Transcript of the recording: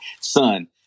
son